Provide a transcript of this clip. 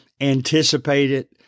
anticipated